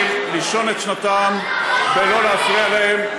וגם לאפשר לכל האנשים לישון את שנתם ולא להפריע להם,